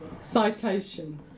Citation